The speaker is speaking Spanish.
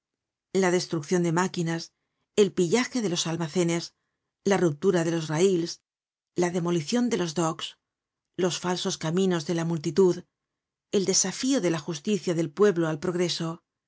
search generated at quinas el pillaje de los almacenes la ruplura de los rails la demolicion de los docks los falsos caminos de la multitud el desafío de la justicia del pueblo al progreso